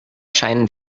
scheinen